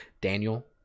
Daniel